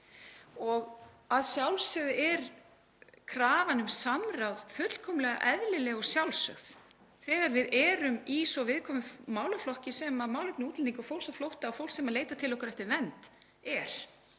Að sjálfsögðu er krafan um samráð fullkomlega eðlileg og sjálfsögð þegar við erum í svo viðkvæmum málaflokki sem málefni útlendinga, fólks á flótta og fólks sem leitar til okkar eftir vernd er.